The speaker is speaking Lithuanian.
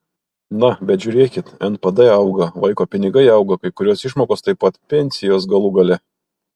na bet žiūrėkit npd auga vaiko pinigai auga kai kurios išmokos taip pat pensijos galų gale